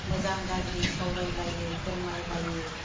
मोजां गाज्रि सावरायलायो फोरमायलायो